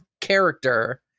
character